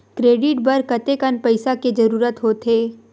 Credit बर कतेकन पईसा के जरूरत होथे?